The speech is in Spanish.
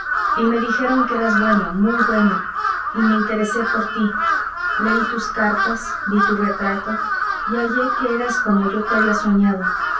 y me dijeron que eras bueno muy bueno y me interesé por tí leí tus cartas vi tu retrato y hallé que eras como yo te había soñado